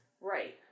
Right